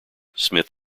smith